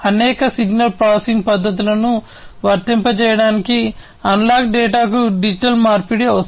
అనేక signal processing పద్ధతులను వర్తింపచేయడానికి అనలాగ్ డేటాకు డిజిటల్ మార్పిడి అవసరం